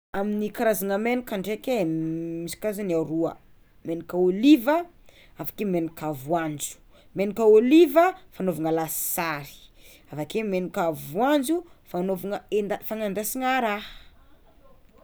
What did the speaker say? Amin'ny karazana menaka ndraiky e misy karazany aroa menaka ôliva avakeo menaka voanjo, menaka ôliva fagnaovana lasary avakeo menaka voanjo fanovana enda- fagnandasana raha.